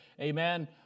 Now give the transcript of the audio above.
amen